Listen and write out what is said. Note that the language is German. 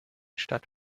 stadt